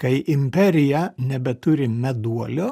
kai imperija nebeturi meduolio